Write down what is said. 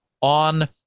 on